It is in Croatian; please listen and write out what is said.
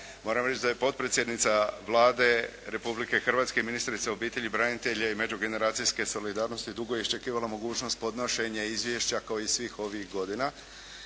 moram reći da je potpredsjednica Vlade Republike Hrvatske i ministrica obitelji, branitelja i međugeneracijske solidarnosti dugo iščekivanu mogućnost podnošenja izvješća kao i svih ovih godina